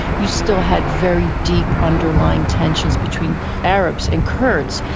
you still had very deep underlying tensions between arabs and kurds.